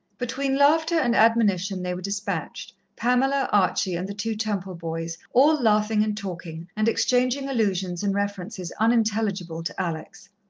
between laughter and admonition, they were dispatched pamela, archie and the two temple boys, all laughing and talking, and exchanging allusions and references unintelligible to alex.